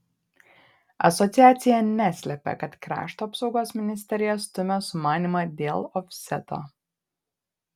asociacija neslepia kad krašto apsaugos ministerija stumia sumanymą dėl ofseto